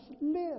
live